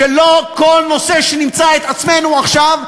שלא בכל נושא שנמצא את עצמנו עכשיו,